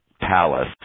palace